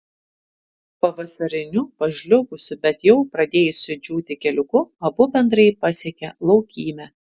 pavasariniu pažliugusiu bet jau pradėjusiu džiūti keliuku abu bendrai pasiekė laukymę